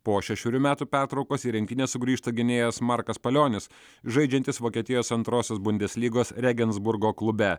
po šešerių metų pertraukos į rinktinę sugrįžta gynėjas markas palionis žaidžiantis vokietijos antrosios bundeslygos rėgensburgo klube